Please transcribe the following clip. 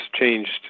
changed